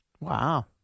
Wow